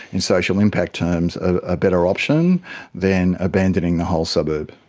in social impact terms, a better option than abandoning the whole suburb.